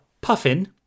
Puffin